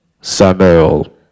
Samuel